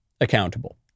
accountable